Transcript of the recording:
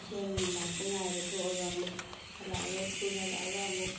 van ꯂꯥꯛꯄ ꯉꯥꯏꯕ ꯊꯣꯛꯑꯒ ꯑꯃꯨꯛ ꯍꯜꯂꯛꯑꯒ ꯁ꯭ꯀꯨꯜ ꯍꯜꯂꯛꯑꯒ ꯑꯃꯨꯛ